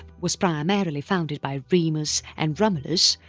was primarily founded by remus and romulus,